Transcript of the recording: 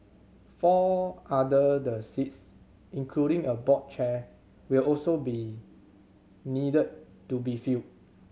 four other the seats including a board chair will also be need to be filled